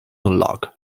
lock